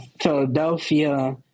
Philadelphia